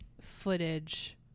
footage